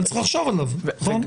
אבל צריך לחשוב עליו, נכון?